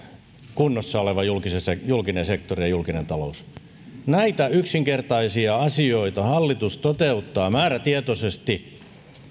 kunnossa oleva julkinen sektori ja julkinen talous näitä yksinkertaisia asioita hallitus toteuttaa määrätietoisesti